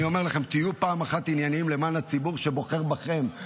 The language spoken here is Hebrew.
אני אומר לכם: תהיו פעם אחת ענייניים למען הציבור שבוחר בכם,